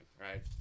right